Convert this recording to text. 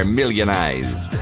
millionized